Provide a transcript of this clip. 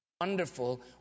Wonderful